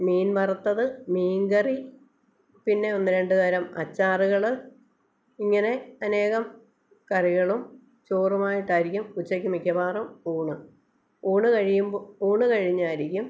മീൻ വറത്തത് മീൻ കറി പിന്നെ ഒന്ന് രണ്ട് തരം അച്ചാറുകൾ ഇങ്ങനെ അനേകം കറികളും ചോറുമായിട്ടായിരിക്കും ഉച്ചക്ക് മിക്കവാറും ഊണ് ഊണ് കഴിയുമ്പോൾ ഊണ് കഴിഞ്ഞായിരിക്കും